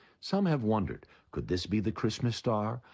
some have wondered, could this be the christmas star,